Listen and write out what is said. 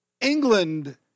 England